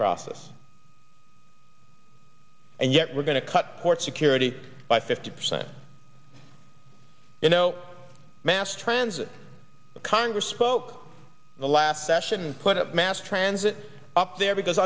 process and yet we're going to cut port security by fifty percent you know mass transit congress spoke the last session put a mass transit up there because